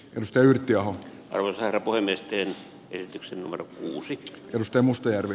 neste yrttiaho arvosteli voimisteli esityksen vara uusi risto mustajärvi